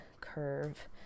curve